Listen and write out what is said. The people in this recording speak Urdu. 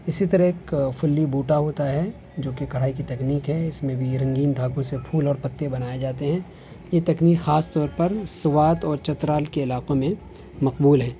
اسی طرح ایک فلی بوٹا ہوتا ہے جوکہ کڑھائی کی تکنیک ہے اس میں بھی یہ رنگین دھاگوں سے پھول اور پتے بنائے جاتے ہیں یہ تکنیک خاص طور پر سوات اور چترال کے علاقوں میں مقبول ہیں